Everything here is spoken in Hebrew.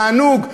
תענוג.